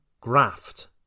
graft